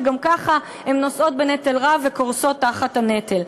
שגם ככה הן נושאות בנטל רב וקורסות תחת הנטל.